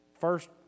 first